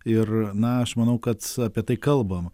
ir na aš manau kad apie tai kalbama